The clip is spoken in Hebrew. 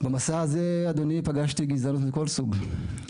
במסע הזה, אדוני, פגשתי גזענות מכל סוג.